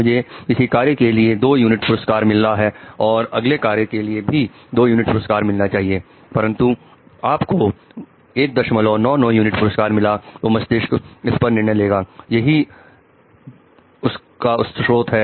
मुझे किसी कार्य के लिए दो यूनिट पुरस्कार मिला और अगले कार्य के लिए भी दो यूनिट पुरस्कार मिलना चाहिए परंतु आप को 199 यूनिट पुरस्कार मिला तो मस्तिष्क इस पर निर्णय लेगा यही लटका स्रोत है